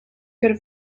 could